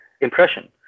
impression